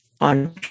on